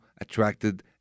attracted